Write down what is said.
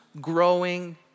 growing